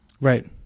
Right